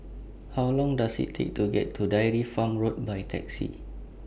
How Long Does IT Take to get to Dairy Farm Road By Taxi